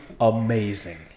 amazing